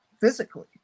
physically